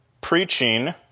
preaching